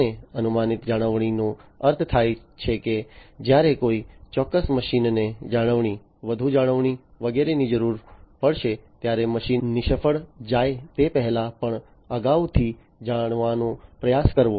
અને અનુમાનિત જાળવણીનો અર્થ થાય છે કે જ્યારે કોઈ ચોક્કસ મશીનને જાળવણી વધુ જાળવણી વગેરેની જરૂર પડશે ત્યારે મશીન નિષ્ફળ જાય તે પહેલાં પણ અગાઉથી જાણવાનો પ્રયાસ કરવો